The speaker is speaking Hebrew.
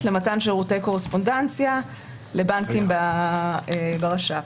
למתן שירותי קורספונדנציה לבנקים ברש"פ.